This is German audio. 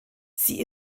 sie